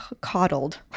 coddled